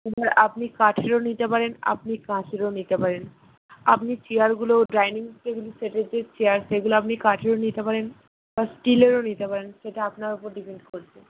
এবার আপনি কাঠেরও নিতে পারেন আপনি কাচেরও নিতে পারেন আপনি চেয়ারগুলো ডাইনিং টেবিল সেটের যে চেয়ার সেগুলো আপনি কাঠেরও নিতে পারেন বা স্টিলেরও নিতে পারেন সেটা আপনার ওপর ডিপেন্ড করছে